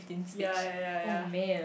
ya ya ya ya